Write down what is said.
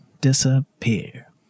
Disappear